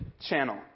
channel